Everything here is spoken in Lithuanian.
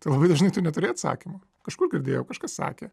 tai labai dažnai tu neturi atsakymo kažkur girdėjau kažkas sakė